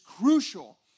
crucial